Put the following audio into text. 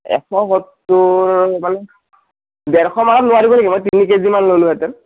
এশ সত্তৰ মানে ডেৰশ মানত নোৱাৰিব নেকি মই তিনি কেজিমান ল'লোহেতেন